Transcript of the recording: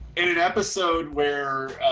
in an episode where,